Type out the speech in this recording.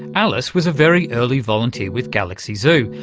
alice was a very early volunteer with galaxy zoo.